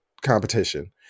competition